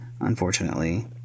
unfortunately